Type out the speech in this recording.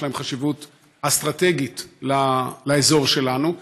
יש להם חשיבות אסטרטגית לאזור שלנו,